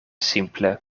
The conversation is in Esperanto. simple